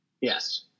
Yes